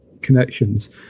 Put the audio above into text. connections